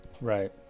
Right